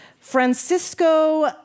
Francisco